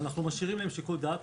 אנחנו משאירים להן שיקול דעת,